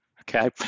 okay